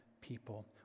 people